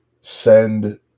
send